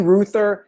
Ruther